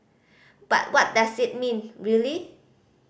but what does it mean really